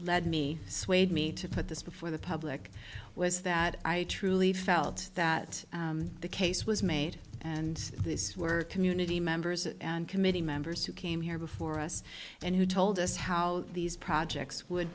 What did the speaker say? led me swayed me to put this before the public was that i truly felt that the case was made and these were community members and committee members who came here before us and who told us how these projects would